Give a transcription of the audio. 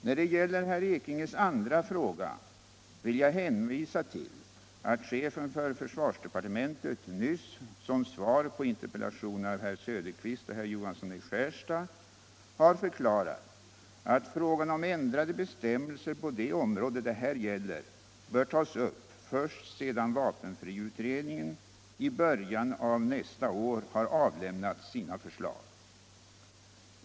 När det gäller herr Ekinges andra fråga vill jag hänvisa till att chefen för försvarsdepartementet nyss som svar på interpellationer av herr Söderqvist och herr Johansson i Skärstad har förklarat att frågan om ändrade bestämmelser på det område det här gäller bör tas upp först sedan vapenfriutredningen i början av nästa år har avlämnat sina förslag.